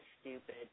stupid